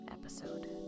episode